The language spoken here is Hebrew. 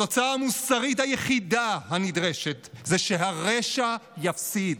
התוצאה המוסרית היחידה הנדרשת היא שהרשע יפסיד,